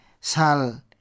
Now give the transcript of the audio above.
sal